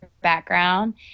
background